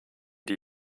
die